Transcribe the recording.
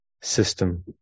system